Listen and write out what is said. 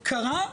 קרה,